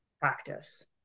practice